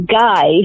guy